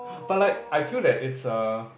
but like I feel that it's a